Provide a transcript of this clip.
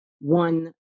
one